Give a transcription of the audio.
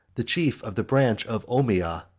the chief of the branch of ommiyah,